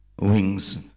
wings